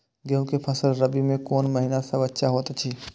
गेहूँ के फसल रबि मे कोन महिना सब अच्छा होयत अछि?